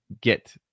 get